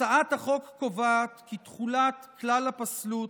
הצעת החוק קובעת כי תחולת כלל הפסלות